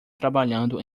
trabalhando